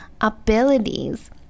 abilities